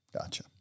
Gotcha